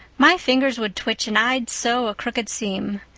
my fingers would twitch and i'd sew a crooked seam.